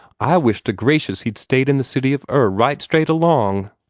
i wish to gracious he'd stayed in the city of ur right straight along.